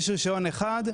יהיה רישיון אחד,